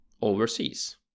overseas